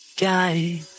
guy